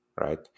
right